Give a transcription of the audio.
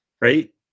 right